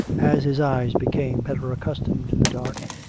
as his eyes became better accustomed to the dark,